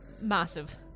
massive